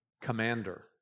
commander